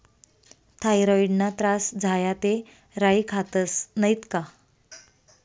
थॉयरॉईडना त्रास झाया ते राई खातस नैत का